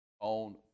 on